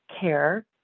care